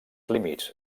límits